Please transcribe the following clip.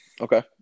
Okay